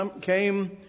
came